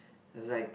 is like